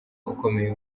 ukomeye